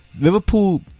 Liverpool